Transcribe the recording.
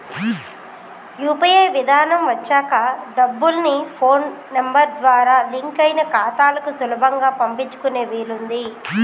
UPI విధానం వచ్చాక డబ్బుల్ని ఫోన్ నెంబర్ ద్వారా లింక్ అయిన ఖాతాలకు సులభంగా పంపించుకునే వీలుంది